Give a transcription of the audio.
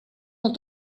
non